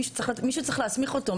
מישהו צריך להסמיך אותו,